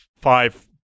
five